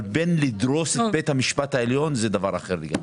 אבל בין זה לבין לדרוס את בית המשפט העליון זה דבר אחר לגמרי.